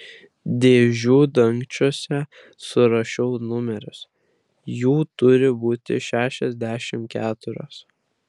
dėžių dangčiuose surašiau numerius jų turi būti šešiasdešimt keturios